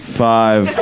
five